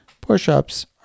Push-ups